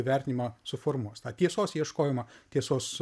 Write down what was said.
vertinimą suformuos tą tiesos ieškojimą tiesos